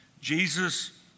Jesus